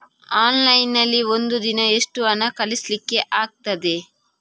Online ನಲ್ಲಿ ಒಂದು ದಿನ ಎಷ್ಟು ಹಣ ಕಳಿಸ್ಲಿಕ್ಕೆ ಆಗ್ತದೆ?